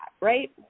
right